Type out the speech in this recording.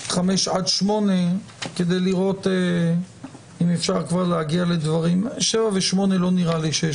עד 8. בתקנות 7 ו-8 לא נראה לי שיש